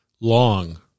Long